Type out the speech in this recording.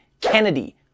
Kennedy